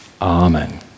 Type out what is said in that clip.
Amen